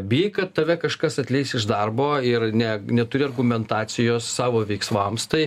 bijai kad tave kažkas atleis iš darbo ir ne neturi argumentacijos savo veiksmams tai